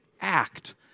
Act